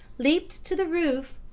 leaped to the roof,